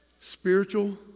Spiritual